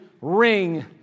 ring